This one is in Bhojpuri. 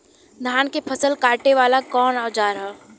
धान के फसल कांटे वाला कवन औजार ह?